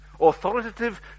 Authoritative